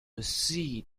see